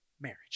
marriage